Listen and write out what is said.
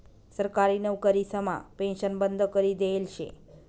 सरकारी नवकरीसमा पेन्शन बंद करी देयेल शे